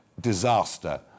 disaster